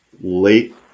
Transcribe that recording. late